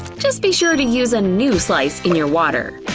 just be sure to use a new slice in your water.